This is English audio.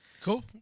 Cool